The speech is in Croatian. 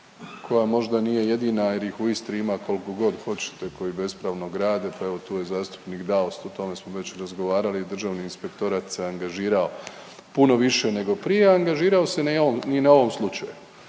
koja možda nije jedina jer ih u Istri ima koliko god hoćete koji bespravno grade, pa evo tu je zastupnik Daus, o tome smo već razgovarali i Državni inspektorat se angažirao puno više nego prije, a angažirao se i na ovom i na